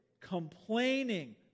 Complaining